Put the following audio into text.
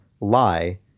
lie